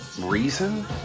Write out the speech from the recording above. reason